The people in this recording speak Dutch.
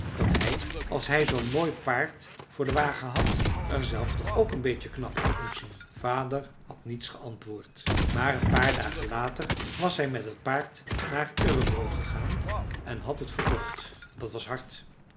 dat hij als hij zoo'n mooi paard voor den wagen had er zelf toch ook een beetje knap uit moest zien vader had niets geantwoord maar een paar dagen later was hij met het paard naar örebro gegaan en had het verkocht dat was hard